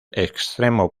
extremo